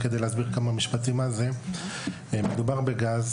מדובר בגז.